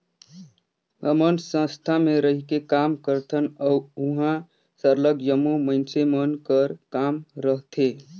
हमन संस्था में रहिके काम करथन उहाँ सरलग जम्मो मइनसे मन कर काम रहथे